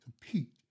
compete